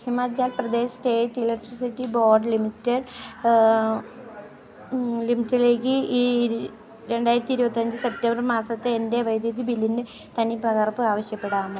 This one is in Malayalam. Himachal Pradesh state electricity board limited ലിമിറ്റിലേക്ക് ഈ രണ്ടായിരത്തി ഇരുപത്തി അഞ്ച് സെപ്റ്റംബർ മാസത്തെ എൻ്റെ വൈദ്യുതി ബില്ലിൻ്റെ തനിപ്പകർപ്പ് ആവശ്യപ്പെടാമോ